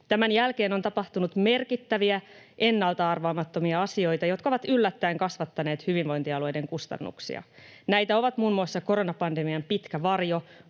Tämän jälkeen on tapahtunut merkittäviä, ennalta arvaamattomia asioita, jotka ovat yllättäen kasvattaneet hyvinvointialueiden kustannuksia. Näitä ovat muun muassa koronapandemian pitkä varjo